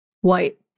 white